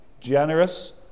generous